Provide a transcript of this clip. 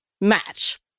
match